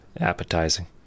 appetizing